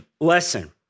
lesson